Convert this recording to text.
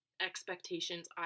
expectations